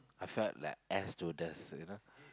I felt like air stewardess you know